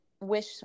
wish